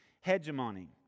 hegemony